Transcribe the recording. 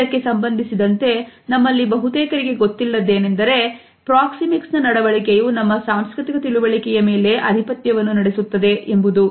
ಇದಕ್ಕೆ ಸಂಬಂಧಿಸಿದಂತೆ ನಮ್ಮಲ್ಲಿ ಬಹುತೇಕರಿಗೆ ಗೊತ್ತಿಲ್ಲದ್ದು ಏನೆಂದರೆ ಪ್ರಾಕ್ಸಿಮಿಕ್ಸ್ ನ ನಡವಳಿಕೆಯು ನಮ್ಮ ಸಾಂಸ್ಕೃತಿಕ ತಿಳುವಳಿಕೆಯ ಮೇಲೆ ಅಧಿಪತ್ಯವನ್ನು ನಡೆಸುತ್ತದೆ ಎಂಬುದು